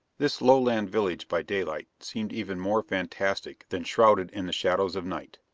this lowland village by daylight seemed even more fantastic than shrouded in the shadows of night.